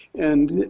and,